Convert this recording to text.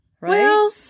Right